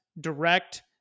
direct